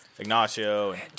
Ignacio